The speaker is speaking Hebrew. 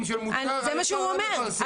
אבל זה מה שהוא אומר.